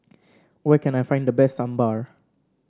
where can I find the best Sambar